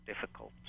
difficult